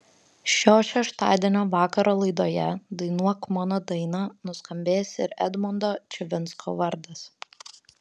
šio šeštadienio vakaro laidoje dainuok mano dainą nuskambės ir edmondo čivinsko vardas